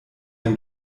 ihm